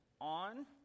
on